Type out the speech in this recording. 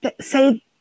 say